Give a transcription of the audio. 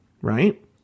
right